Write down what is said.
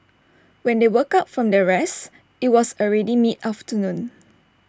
when they woke up from their rest IT was already mid afternoon